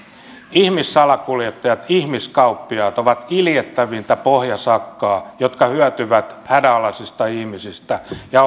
ihmissalakuljettajat ihmiskauppiaat ovat iljettävintä pohjasakkaa joka hyötyy hädänalaisista ihmisistä ja